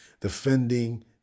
defending